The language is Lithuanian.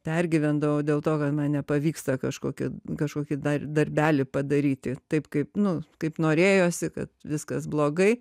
pergyvendavau dėl to kad nepavyksta kažkokį kažkokį dar darbelį padaryti taip kaip nu kaip norėjosi kad viskas blogai